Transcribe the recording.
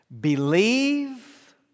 Believe